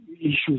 issues